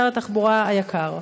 שר התחבורה היקר,